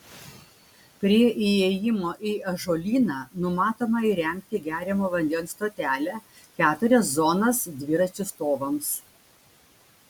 prie įėjimo į ažuolyną numatoma įrengti geriamo vandens stotelę keturias zonas dviračių stovams